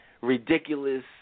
ridiculous